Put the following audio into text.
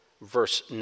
verse